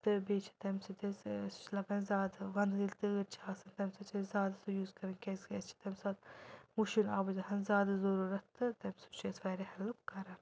تہٕ بیٚیہِ چھ تَمہِ سۭتۍ أسۍ سُہ چھُ لگان زیٛادٕ وندس ییٚلہِ تۭر چھ آسان تَمہِ ساتہٕ چھِ أسۍ زیٛاد یوٗز کران کیٛازِ کہِ أسۍ چھِ تَمہِ ساتہٕ وٕشُن آبٕچ آسان زیٛادٕ ضروٗرت تہٕ تَمہِ سۭتۍ چھُ اسہِ واریاہ ہیلٕپ کران